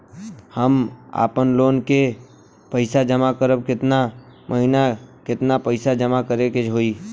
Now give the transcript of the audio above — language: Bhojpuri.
हम आपनलोन के पइसा जमा करेला केतना महीना केतना पइसा जमा करे के होई?